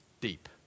deep